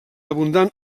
abundant